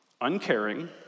uncaring